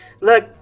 Look